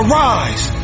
rise